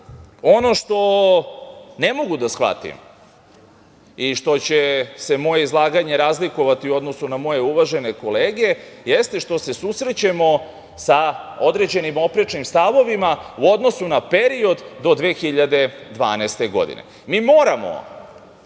ono što ne mogu da shvatim i što će se moje izlaganje razlikovati u odnosu na moje uvažene kolege, jeste što se susrećemo sa određenim oprečnim stavovima u odnosu na period do 2012. godine. Mi moramo